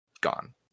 gone